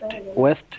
west